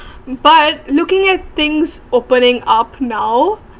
but looking at things opening up now